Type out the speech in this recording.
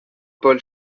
paul